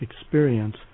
experience